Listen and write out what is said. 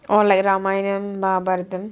orh like Ramayana மகாபாரதம்:raamaayanam mahaabharatham